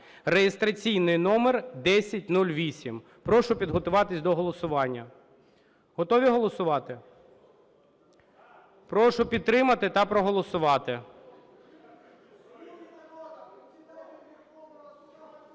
(реєстраційний номер 1008). Прошу підготуватись до голосування. Готові голосувати? Прошу підтримати та проголосувати.